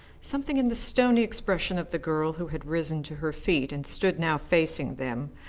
something in the stony expression of the girl who had risen to her feet and stood now facing them,